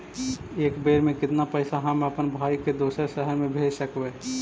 एक बेर मे कतना पैसा हम अपन भाइ के दोसर शहर मे भेज सकबै?